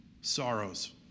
sorrows